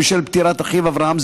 בשל פטירת אחיו אברהם,